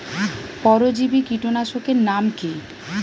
পরজীবী কীটনাশকের নাম কি?